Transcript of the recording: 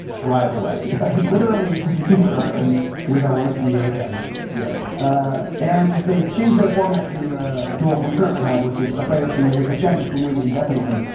drive away literally, get in the car, and we don't want to see you again yeah ah and they change their format to to what we currently have, which is a player can win a champion can win indefinitely,